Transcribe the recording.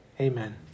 Amen